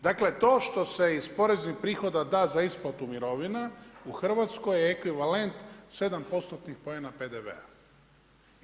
Dakle to što se iz poreznih prihoda da za isplatu mirovina u Hrvatskoj je ekvivalent 7%-tnih poena PDV-a.